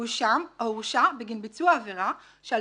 הואשם או הורשע בגין ביצוע עבירה שעל